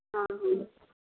ହଁ ହଁ